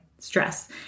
Stress